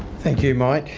thank you, mike,